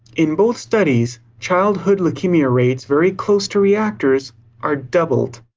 in both studies childhood leukemia rates very close to reactors are doubled.